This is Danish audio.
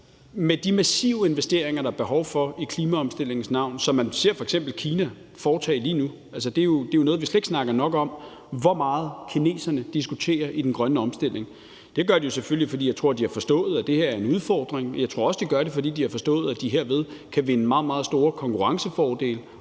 med de massive investeringer, der er behov for i klimaomstillingens navn, og som man ser f.eks. Kina foretage lige nu. Det er noget, vi slet ikke taler nok om, altså hvor meget kineserne diskuterer den grønne omstilling. Det gør de jo selvfølgelig, tror jeg, fordi de har forstået, at det her er en udfordring. Jeg tror også, at de gør det, fordi de har forstået, at de herved kan vinde meget, meget store konkurrencefordele